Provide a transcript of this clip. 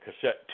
cassette